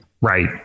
Right